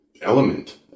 element